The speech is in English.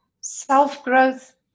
self-growth